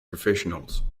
professionals